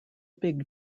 big